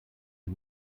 sie